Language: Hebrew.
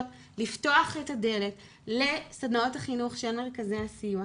לפתוח את הדלת לסדנאות החינוך של מרכזי הסיוע,